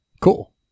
Cool